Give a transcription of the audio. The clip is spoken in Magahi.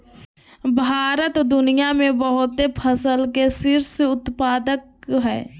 भारत दुनिया में बहुते फसल के शीर्ष उत्पादक हइ